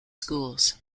schools